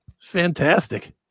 Fantastic